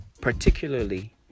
particularly